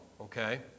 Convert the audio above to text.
okay